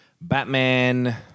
Batman